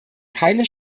keine